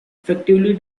effectively